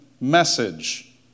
message